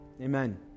Amen